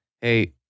Hey